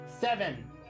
Seven